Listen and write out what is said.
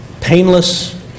painless